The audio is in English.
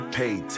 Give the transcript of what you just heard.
paid